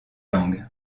langue